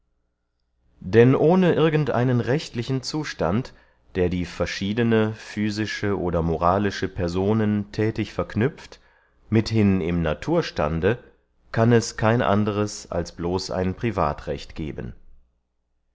denn ohne irgend einen rechtlichen zustand der die verschiedene physische oder moralische personen thätig verknüpft mithin im naturstande kann es kein anderes als bloß ein privatrecht geben